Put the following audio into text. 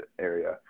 area